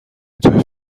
توی